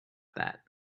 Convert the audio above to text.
that